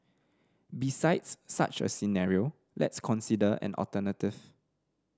besides such a scenario let's consider an alternative